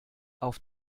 auf